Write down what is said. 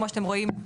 כמו שאתם רואים,